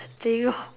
thing lor